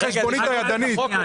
החשבונית הידנית.